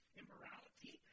immorality